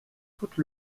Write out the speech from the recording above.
toute